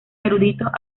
eruditos